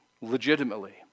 legitimately